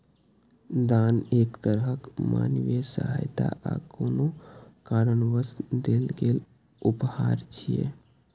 दान एक तरहक मानवीय सहायता आ कोनो कारणवश देल गेल उपहार छियै